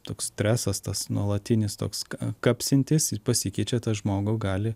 toks stresas tas nuolatinis toks kapsintis pasikeičia tą žmogų gali